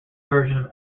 version